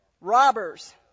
Robbers